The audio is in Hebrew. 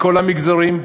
לכל המגזרים.